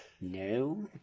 no